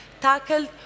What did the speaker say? tackled